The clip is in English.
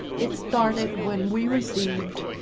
it started when we received